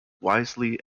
wisely